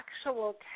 actual